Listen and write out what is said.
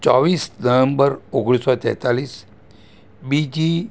ચોવીસ નવેમ્બર ઓગણીસો તેંતાલીસ બીજી